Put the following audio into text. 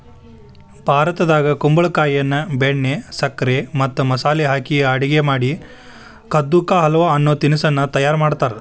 ಭಾರತದಾಗ ಕುಂಬಳಕಾಯಿಯನ್ನ ಬೆಣ್ಣೆ, ಸಕ್ಕರೆ ಮತ್ತ ಮಸಾಲೆ ಹಾಕಿ ಅಡುಗೆ ಮಾಡಿ ಕದ್ದು ಕಾ ಹಲ್ವ ಅನ್ನೋ ತಿನಸ್ಸನ್ನ ತಯಾರ್ ಮಾಡ್ತಾರ